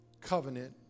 covenant